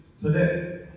today